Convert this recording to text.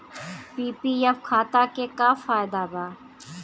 PPF खाता के का फायदा बा?